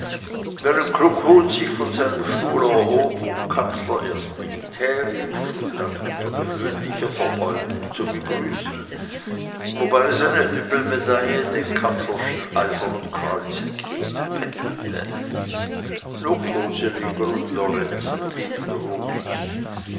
kluckhuhn sich von seinem stuhl erhob um katzler erst militärisch und dann unter gewöhnlicher verbeugung zu begrüßen wobei seine düppelmedaille dem katzlerschen eisernen kreuz entgegenpendelte nur koseleger und lorenzen blieben ruhig